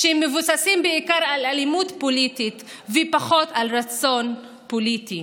ומבוססים בעיקר על אלימות פוליטית ופחות על רצון פוליטי.